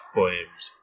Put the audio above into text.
poems